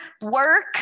work